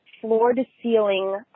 floor-to-ceiling